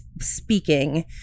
speaking